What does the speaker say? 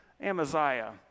Amaziah